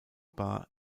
bar